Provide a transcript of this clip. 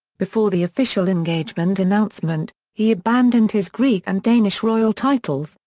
before the official engagement announcement, he abandoned his greek and danish royal titles,